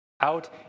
Out